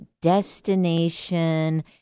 destination